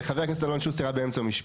וחבר הכנסת אלון שוסטר היה באמצע דבריו.